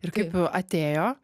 ir kaip atėjo